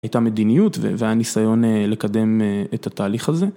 הייתה מדיניות והיה ניסיון לקדם את התהליך הזה.